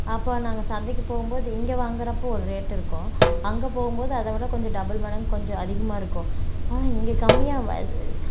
அப்போது நாங்கள் சந்தைக்கு போகும் போது இங்கே வாங்கிறப் போது ஒரு ரேட்டு இருக்கும் அங்கே போகும் போது அதைவிட கொஞ்சம் டபுள் மடங்கு கொஞ்சம் அதிகமாக இருக்கும் இங்கே கம்மியாக இ